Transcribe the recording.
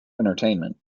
entertainment